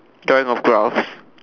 drawing of graphs